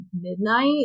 midnight